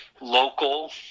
local